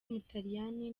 w’umutaliyani